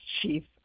Chief